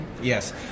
Yes